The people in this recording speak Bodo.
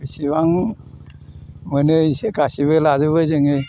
बिसिबां मोनो एसे गासिबो लाजोबो जोङो